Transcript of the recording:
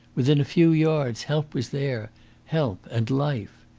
within a few yards help was there help and life.